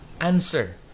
answer